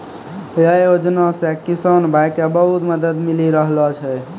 यै योजना सॅ किसान भाय क बहुत मदद मिली रहलो छै